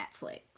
netflix